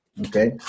okay